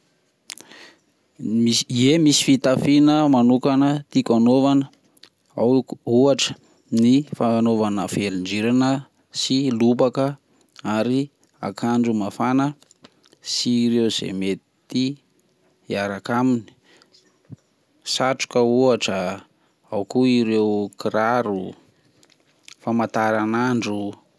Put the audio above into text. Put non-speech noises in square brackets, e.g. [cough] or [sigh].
[noise] Misy- ye misy fitafiana manokana tiako anaovana ao ohatra ny fanaovana velon-drirana sy lobaka ary akanjo mafana sy ireo izay mety hiaraka aminy satroka ohatra, ao koa ireo kiraro famataran'andro.